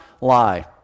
lie